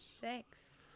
Thanks